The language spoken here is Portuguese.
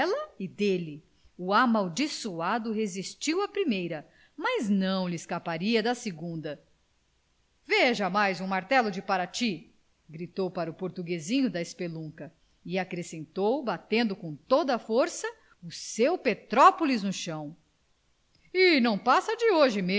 e dele o amaldiçoado resistiu à primeira mas não lhe escaparia da segunda veja mais um martelo de parati gritou para o portuguesinho da espelunca e acrescentou batendo com toda a força o seu petrópolis no chão e não passa de hoje